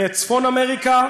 בצפון אמריקה,